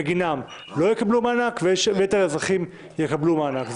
בגינם לא יקבלו מענק, ויתר האזרחים יקבלו מענק.